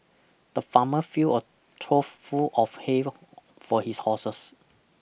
the farmer fill a trough full of hay for his horses